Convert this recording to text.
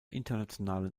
internationalen